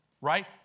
Right